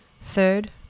Third